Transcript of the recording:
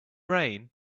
rain